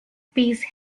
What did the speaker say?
peace